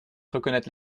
reconnaître